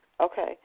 Okay